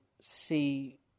see